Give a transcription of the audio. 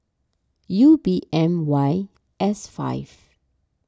U B M Y S five